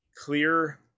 clear